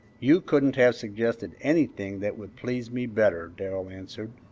you couldn't have suggested anything that would please me better, darrell answered.